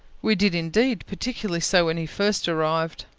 we did, indeed, particularly so when he first arrived.